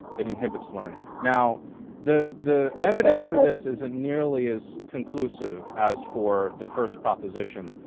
it inhibits learning. now the the evidence for this isn't nearly as conclusive as for the first proposition.